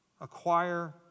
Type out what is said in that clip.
Acquire